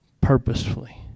Purposefully